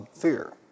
fear